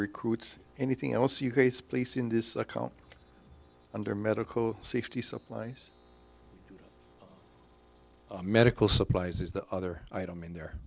recruits anything else you case place in this account under medical safety supplies medical supplies is the other item in there